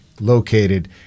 located